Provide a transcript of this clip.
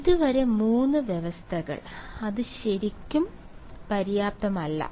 അതിനാൽ ഇതുവരെ മൂന്ന് വ്യവസ്ഥകൾ അത് ശരിക്കും പര്യാപ്തമല്ല